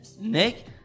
Nick